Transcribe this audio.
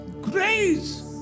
Grace